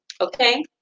Okay